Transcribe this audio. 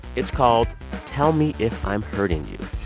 it's called tell me if i'm hurting you.